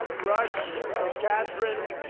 rush and kathryn,